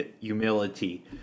humility